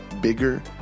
bigger